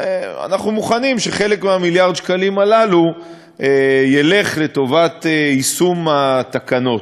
אנחנו מוכנים שחלק ממיליארד השקלים הללו ילך לטובת יישום התקנות.